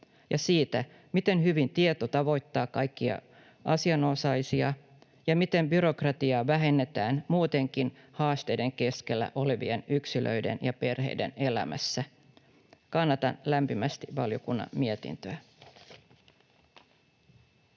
ja siitä, miten hyvin tieto tavoittaa kaikkia asianosaisia ja miten byrokratiaa vähennetään muutenkin haasteiden keskellä olevien yksilöiden ja perheiden elämässä. Kannatan lämpimästi valiokunnan mietintöä.